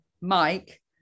Mike